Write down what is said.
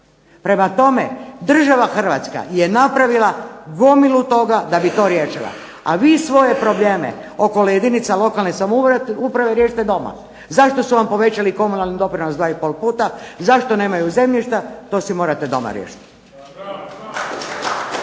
Prema tome država Hrvatska je napravila gomilu toga da bi to riješila, a vi svoje probleme okolo jedinica lokalne samouprave riješite doma. Zašto su vam povećali komunalni doprinos dva i pol puta, zašto nemaju zemljišta. To si morate doma riješiti.